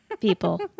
people